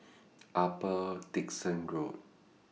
Upper Dickson Road